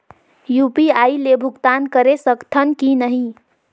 UPI ले भुगतान करे सकथन कि नहीं?